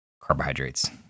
carbohydrates